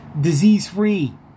disease-free